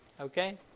Okay